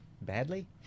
badly